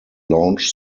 launch